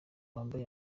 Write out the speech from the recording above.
yambaye